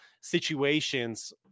situations